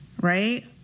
Right